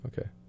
Okay